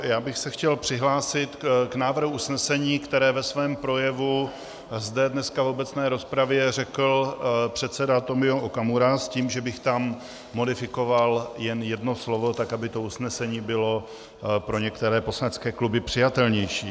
Já bych se chtěl přihlásit k návrhu usnesení, které ve svém projevu zde dneska v obecné rozpravě řekl předseda Tomio Okamura s tím, že bych tam modifikoval jen jedno slovo tak, aby to usnesení bylo pro některé poslanecké kluby přijatelnější.